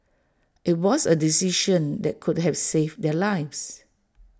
IT was A decision that could have saved their lives